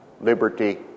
liberty